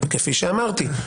וכפי שאמרתי,